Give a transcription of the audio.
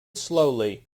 slowly